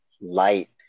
light